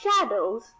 shadows